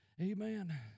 Amen